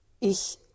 Ich